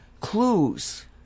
clues